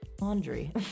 laundry